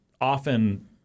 often